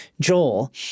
Joel